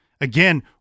Again